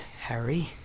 Harry